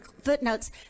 footnotes